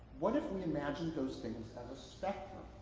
what if we imagined those things as a spectrum?